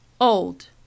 Old